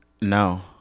No